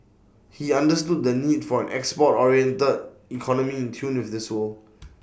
he understood the need for an export oriented economy in tune with this world